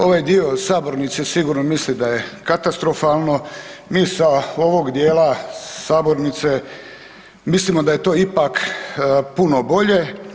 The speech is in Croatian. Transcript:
Ovaj dio sabornice sigurno misli da je katastrofalno, mi sa ovoga dijela sabornice mislimo da je to ipak puno bolje.